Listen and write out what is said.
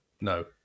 No